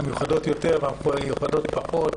המיוחדות יותר והמיוחדות פחות.